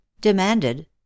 demanded